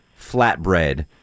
flatbread